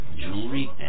jewelry